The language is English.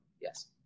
yes